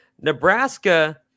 nebraska